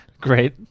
Great